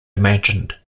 imagined